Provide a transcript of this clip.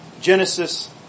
Genesis